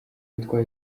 witwa